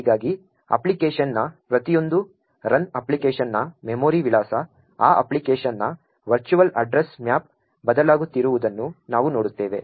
ಹೀಗಾಗಿ ಅಪ್ಲಿಕೇಶನ್ನ ಪ್ರತಿಯೊಂದು ರನ್ ಅಪ್ಲಿಕೇಶನ್ನ ಮೆಮೊರಿ ವಿಳಾಸ ಆ ಅಪ್ಲಿಕೇಶನ್ನ ವರ್ಚುವಲ್ ಅಡ್ರೆಸ್ ಮ್ಯಾಪ್ ಬದಲಾಗುತ್ತಿರುವುದನ್ನು ನಾವು ನೋಡುತ್ತೇವೆ